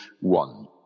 one